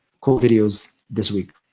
cool videos this week.